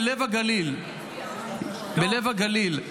בלב הגליל,